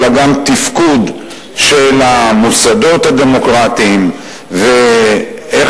אלא גם תפקוד של המוסדות הדמוקרטיים ואיך